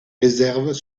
réserves